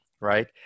right